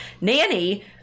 Nanny